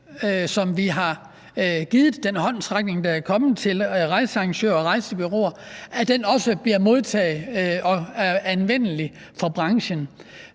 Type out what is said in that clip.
vi har givet, den håndsrækning, der er kommet til rejsearrangører og rejsebureauer, også bliver modtaget og er anvendelig for branchen?